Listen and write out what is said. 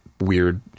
weird